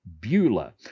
Beulah